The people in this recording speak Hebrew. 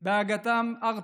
עם הגעתם ארצה.